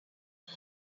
دلم